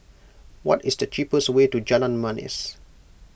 what is the cheapest way to Jalan Manis